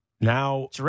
Now